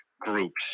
groups